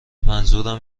منظورم